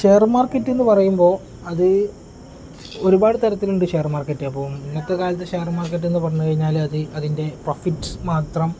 share മാർക്കറ്റെന്ന് പറയുമ്പോൾ അത് ഒരുപാട് തരത്തിലുണ്ട് ഷെയർ മാർക്കറ്റ് അപ്പം ഇന്നത്തെ കാലത്ത് ഷെയർ മാർക്കറ്റെന്ന് പറഞ്ഞു കഴിഞ്ഞാൽ അത് അതിൻ്റെ പ്രോഫിറ്റ്സ് മാത്രം